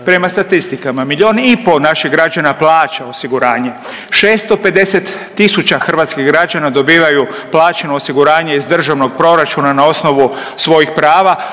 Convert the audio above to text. Prema statistikama, milijun i po' naših građana plaća osiguranje, 650 tisuća hrvatskih građana dobivaju plaćeno osiguranje iz državnog proračuna na osnovu svojih prava